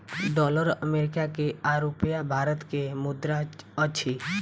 dollar America के आ रूपया भारत के मुद्रा अछि